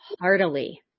heartily